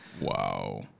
Wow